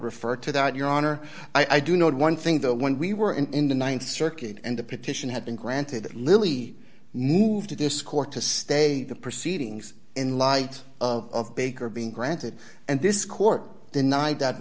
referred to that your honor i do know one thing though when we were in the th circuit and the petition had been granted lily moved to this court to stay the proceedings in light of baker being granted and this court denied that